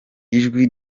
ijwi